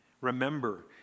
Remember